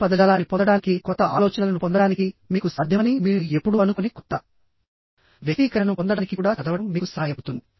కొత్త పదజాలాన్ని పొందడానికి కొత్త ఆలోచనలను పొందడానికి మీకు సాధ్యమని మీరు ఎప్పుడూ అనుకోని కొత్త వ్యక్తీకరణను పొందడానికి కూడా చదవడం మీకు సహాయపడుతుంది